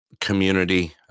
community